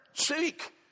Seek